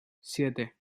siete